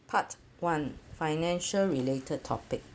part one financial related topic